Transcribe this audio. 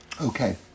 Okay